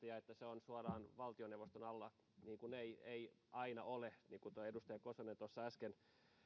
ja että se on suoraan valtioneuvoston alla sillä niin ei ei aina ole niin kuin edustaja kosonen tuossa äsken